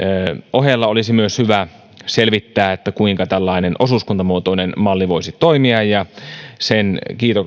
ohella olisi hyvä myös selvittää kuinka tällainen osuuskuntamuotoinen malli voisi toimia ja sen